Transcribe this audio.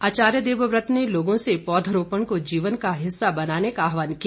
आचार्य देवव्रत ने लोगों से पौधरोपण को जीवन का हिस्सा बनाने का आहवान किया